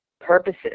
purposes